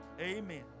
Amen